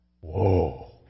Whoa